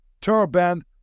turban